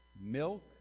milk